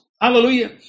Hallelujah